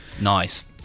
Nice